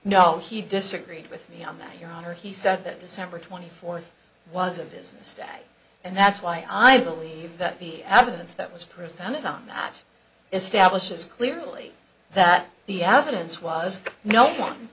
no he disagreed with me on that your honor he said that december twenty fourth was a business day and that's why i believe that the absence that was presented on that establishes clearly that the have a dense was no